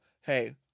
hey